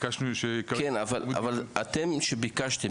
ביקשנו --- כן אבל אתם כשביקשתם,